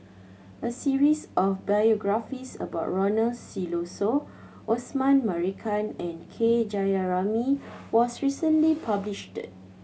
a series of biographies about Ronald Susilo Osman Merican and K Jayamani was recently published